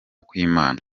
kw’imana